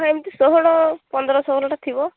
ଏମିତି ଷୋହଳ ପନ୍ଦର ଷୋହଳ ଟା ଥିବ